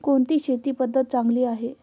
कोणती शेती पद्धती चांगली आहे?